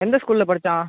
எந்த ஸ்கூல்ல படிச்சான்